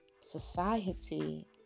society